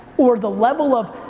or the level of